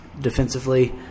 defensively